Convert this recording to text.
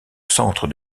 centre